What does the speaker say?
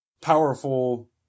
powerful